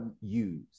use